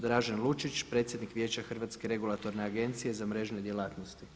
Dražen Lučić predsjednik Vijeća Hrvatske regulatorne agencije za mrežne djelatnosti.